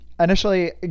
initially